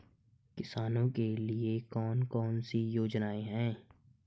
किसानों के लिए कौन कौन सी योजनाएं हैं?